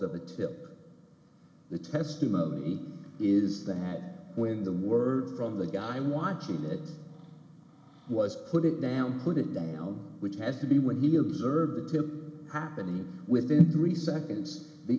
until the testimony is that when the word from the guy i'm watching that was put it down put it down which has to be when he observed him happening within three seconds the